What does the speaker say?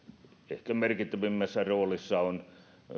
ehkä merkittävimmässä roolissa on